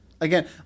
Again